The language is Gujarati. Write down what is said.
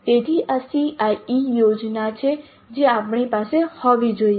તેથી આ CIE યોજના છે જે આપણી પાસે હોવી જોઈએ